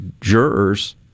jurors